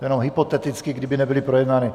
Jenom hypoteticky, kdyby nebyly projednány.